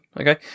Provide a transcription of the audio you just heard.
okay